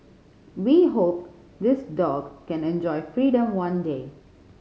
we hope this dog can enjoy freedom one day